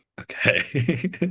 Okay